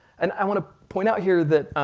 and i want to point out here that,